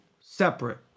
separate